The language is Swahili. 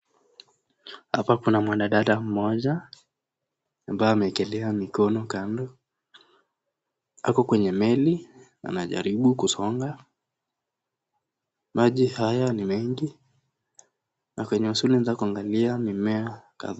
Hapa kuna mwanadada mmoja ambaye ameekelea mikono kando, ako kwenye meli anajaribu kusonga, maji haya ni mengi, na kwenye usuli unaweza kuangalia mimea.